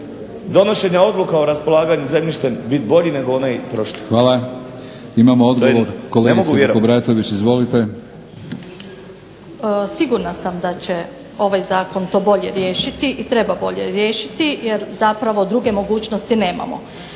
donošenja odluka o raspolaganju zemljištem biti bolji nego onaj prošli. **Batinić, Milorad (HNS)** Hvala. Imamo odgovor kolegice Vukobratović izvolite. **Vukobratović, Marija (SDP)** sigurna sam da će ovaj zakon to bolje riješiti i treba bolje riješiti jer zapravo druge mogućnosti nemamo.